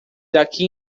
daqui